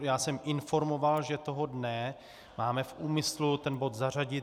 Já jsem informoval, že toho dne máme v úmyslu ten bod zařadit.